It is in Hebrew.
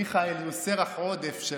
מיכאל הוא סרח עודף של